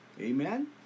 Amen